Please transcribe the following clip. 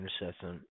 intercession